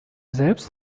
selbst